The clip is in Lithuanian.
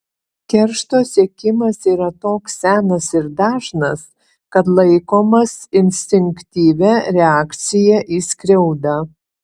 keršto siekimas yra toks senas ir dažnas kad laikomas instinktyvia reakcija į skriaudą